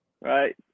right